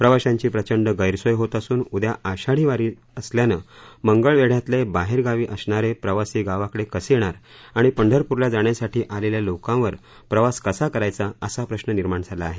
प्रवाशांची प्रचण्ड गैरसोय होत असून उद्या आषाढ़ीवारी असल्यानं मंगळवेढ्यातले बाहेर गावी असणारे प्रवासी गावाकडे कसे येणार आणि पंढरपूरला जाण्यासाठी आलेल्या लोकावर प्रवास कसा करायचा असा प्रश्न निर्माण झाला आहे